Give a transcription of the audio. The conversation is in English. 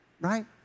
right